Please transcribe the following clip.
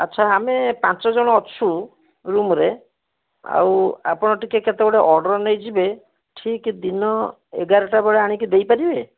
ଆଚ୍ଛା ଆମେ ପାଞ୍ଚ ଜଣ ଅଛୁ ରୁମ୍ରେ ଆଉ ଆପଣ ଟିକିଏ କେତେ ଗୁଡ଼ିଏ ଅର୍ଡ଼ର୍ ନେଇଯିବେ ଠିକ୍ ଦିନ ଏଗାରଟା ବେଳେ ଆଣିକି ଦେଇପାରିବେ